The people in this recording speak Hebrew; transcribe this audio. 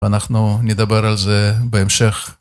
ואנחנו נדבר על זה בהמשך.